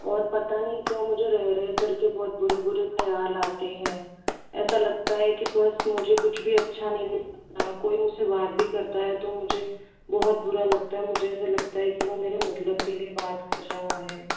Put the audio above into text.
और पता नहीं क्यों मुझे रह रहे करके बहुत बुरे बुरे ख्याल आते हैं ऐसा लगता है कि बस मुझे कुछ भी अच्छा नहीं लगता कोई मुझसे बात भी करता है तो मुझे बहुत बुरा लगता है मुझे ऐसा लगता है कि वो मेरे मतलब के लिए बात कर रहा है